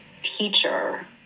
teacher